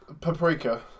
paprika